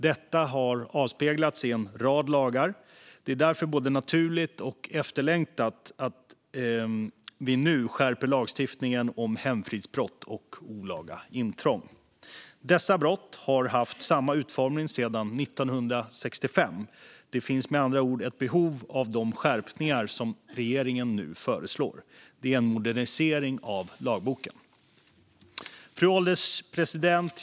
Detta har avspeglats i en rad lagar. Det är därför både naturligt och efterlängtat att vi nu skärper lagstiftningen om hemfridsbrott och olaga intrång. Dessa brott har haft samma utformning sedan 1965, så det finns med andra ord ett behov av de skärpningar som regeringen nu föreslår. Det är en modernisering av lagboken. Fru ålderspresident!